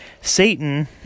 Satan